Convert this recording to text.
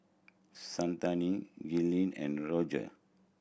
Shante Gillian and Roger